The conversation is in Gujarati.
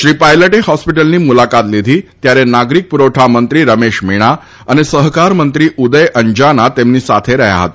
શ્રી પાયલટે હોસ્પિટલની મુલાકાત લીધી ત્યારે નાગરિક પુરવઠામંત્રી રમેશ મીણા અને સહકારમંત્રી ઉદય અંજાના તેમની સાથે રહ્યા હતા